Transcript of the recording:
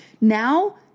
now